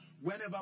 Whenever